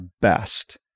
best